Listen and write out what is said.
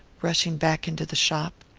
rushing back into the shop.